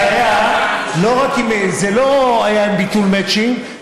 זה לא היה עם ביטול מצ'ינג,